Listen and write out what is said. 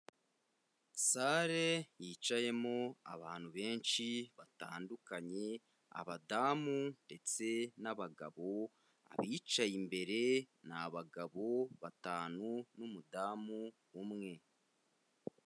Sare yicayemo abantu benshi batandukanye, abadamu ndetse n'abagabo, abicaye imbere ni abagabo batanu n'umudamu umwe.